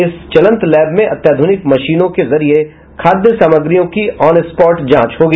इस चलंत लैब में अत्याधुनिक मशीनों के जरिए खादय सामग्रियों की ऑन स्पॉट जांच होगी